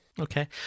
Okay